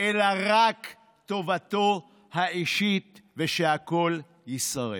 אלא רק טובתו האישית, ושהכול יישרף.